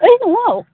ओइ न'वाव